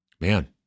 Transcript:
man